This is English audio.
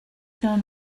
known